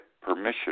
permission